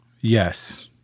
Yes